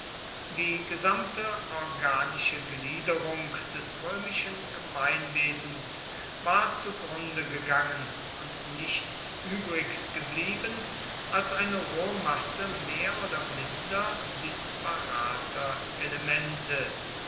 die gesamte organische gliederung des römischen gemeinwesens war zugrunde gegangen und nichts übrig geblieben als eine rohe masse mehr oder minder disparater elemente